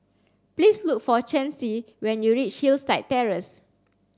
please look for Chancey when you reach Hillside Terrace